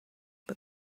but